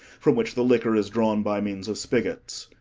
from which the liquor is drawn by means of spigots.